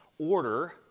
order